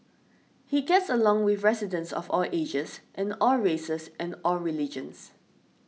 he gets along with residents of all ages and all races and all religions